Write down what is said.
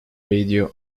radio